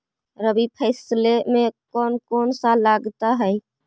रबी फैसले मे कोन कोन सा लगता हाइय?